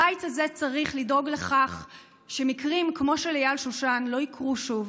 הבית הזה צריך לדאוג לכך שמקרים כמו של אייל שושן לא יקרו שוב,